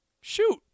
shoot